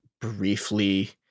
briefly